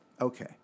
Okay